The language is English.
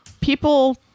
people